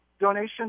donation